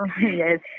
Yes